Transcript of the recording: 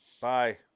Bye